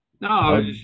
No